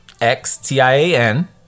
X-T-I-A-N